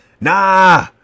Nah